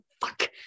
fuck